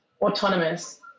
autonomous